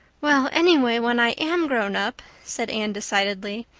well, anyway, when i am grown up, said anne decidedly,